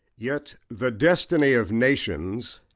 yet the destiny of nations,